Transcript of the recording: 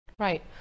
Right